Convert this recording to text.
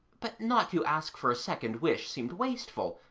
but not to ask for a second wish seemed wasteful,